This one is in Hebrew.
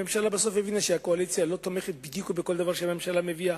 הממשלה בסוף הבינה שהקואליציה לא תומכת בדיוק בכל דבר שהממשלה מביאה.